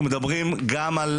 אנחנו מדברים גם על